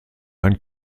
ein